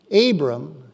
Abram